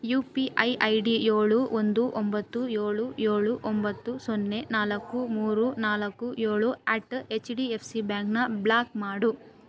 you P I I D ಏಳು ಒಂದು ಒಂಬತ್ತು ಏಳು ಏಳು ಒಂಬತ್ತು ಸೊನ್ನೆ ನಾಲ್ಕು ಮೂರು ನಾಲ್ಕು ಏಳು at H D F C ಬ್ಯಾಂಕ್ನ ಬ್ಲಾಕ್ ಮಾಡು